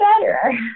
better